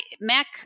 MAC